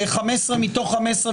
15 מתוך 15,